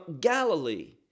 Galilee